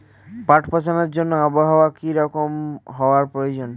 পাট পচানোর জন্য আবহাওয়া কী রকম হওয়ার প্রয়োজন?